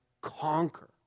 conquer